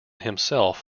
himself